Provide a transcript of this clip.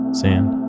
sand